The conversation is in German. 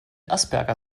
asperger